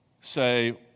say